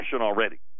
already